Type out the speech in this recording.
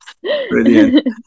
Brilliant